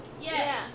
Yes